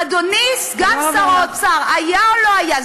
אדוני סגן שר האוצר, היה או לא היה?